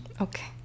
okay